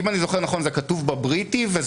כי השאלה האם "להגביל את תוקפו" לא יכול